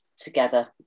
together